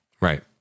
Right